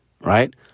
right